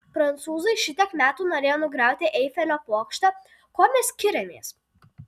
prancūzai šitiek metų norėjo nugriauti eifelio bokštą kuo mes skiriamės